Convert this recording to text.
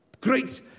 great